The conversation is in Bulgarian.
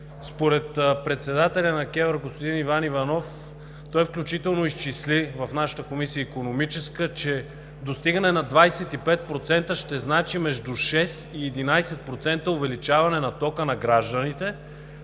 Според председателя на КЕВР – господин Иван Иванов, включително той изчисли в Икономическата комисия, че достигането на 25% ще значи между 6 и 11% увеличаване на тока на гражданите